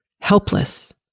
helpless